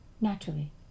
naturally